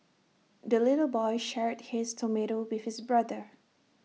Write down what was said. the little boy shared his tomato with his brother